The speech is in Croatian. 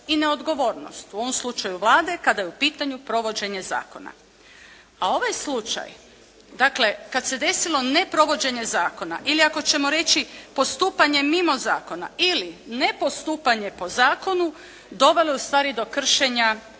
i neodgovornost, u ovom slučaju Vlade, kada je u pitanju provođenje zakona. A ovaj slučaj, dakle kad se desilo neprovođenje zakona ili ako ćemo reći postupanje mimo zakona ili nepostupanje po zakonu dovelo je ustvari do kršenja